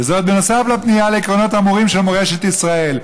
וזאת בנוסף לפנייה לעקרונות האמורים של מורשת ישראל.